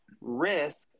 risk